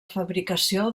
fabricació